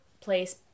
place